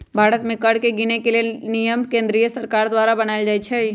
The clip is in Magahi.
भारत में कर के गिनेके लेल नियम केंद्रीय सरकार द्वारा बनाएल जाइ छइ